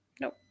Nope